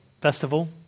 Festival